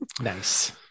nice